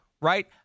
Right